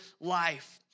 life